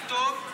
הכנסת לא יכולה,